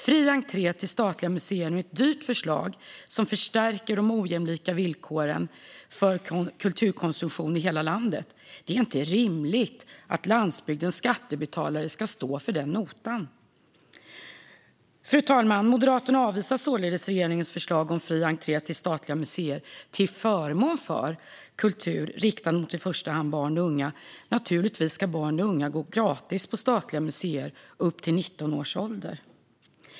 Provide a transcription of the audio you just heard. Fri entré till statliga museer är ett dyrt förslag som förstärker de ojämlika villkoren för kulturkonsumtion i hela landet. Det är inte rimligt att landsbygdens skattebetalare ska stå för notan. Fru talman! Moderaterna avvisar således regeringens förslag om fri entré till statliga museer till förmån för kultur riktad mot i första hand barn och unga. Naturligtvis ska barn och unga gå in gratis på statliga museer upp till 19 års ålder.